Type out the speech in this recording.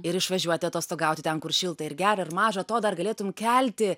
ir išvažiuoti atostogauti ten kur šilta ir gera ir maža to dar galėtum kelti